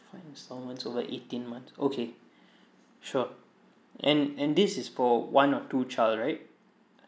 five installments over eighteen months okay sure and and this is for one or two child right